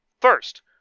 First